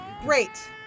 Great